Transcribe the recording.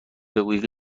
بگویید